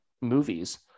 movies